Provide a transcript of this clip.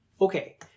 Okay